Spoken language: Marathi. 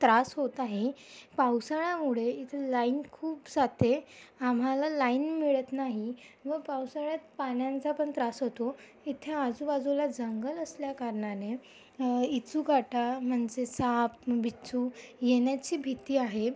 त्रास होत आहे पावसाळ्यामुळे इथे लाईन खूप जाते आम्हाला लाईन मिळत नाही व पावसाळ्यात प्राण्यांचा पण त्रास होतो इथे आजूबाजूला जंगल असल्याकारणाने विचूकाटा म्हणजे साप बिच्छू येण्याची भीती आहे